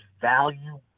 value